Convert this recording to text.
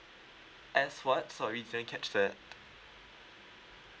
S what sorry didn't catch that